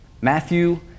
Matthew